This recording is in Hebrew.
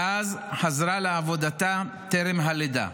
ואז חזרה לעבודתה טרם הלידה.